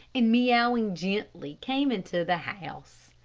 and, meowing gently, came into the house.